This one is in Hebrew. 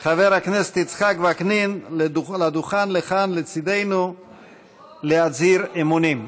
חבר הכנסת יצחק וקנין לדוכן לצידנו להצהיר אמונים.